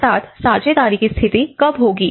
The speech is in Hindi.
एक साथ साझेदारी की स्थिति कब होगी